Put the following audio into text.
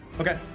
okay